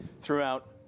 throughout